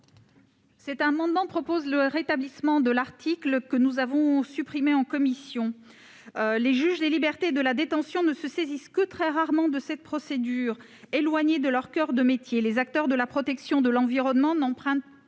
Cet amendement vise à rétablir un article supprimé par la commission. Les juges des libertés et de la détention ne se saisissent que très rarement de cette procédure éloignée de leur coeur de métier. Les acteurs de la protection de l'environnement n'empruntent pas